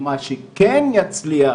מה שכן יצליח